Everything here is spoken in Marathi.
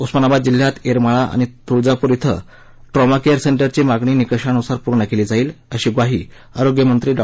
उस्मानाबाद जिल्ह्यात येरमाळा आणि तुळजापूर िं ट्रॉमा केअर सेंटरची मागणी निकषानुसार पूर्ण केली जाईल अशी ग्वाही आरोग्यमंत्री डॉ